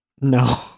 No